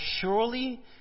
surely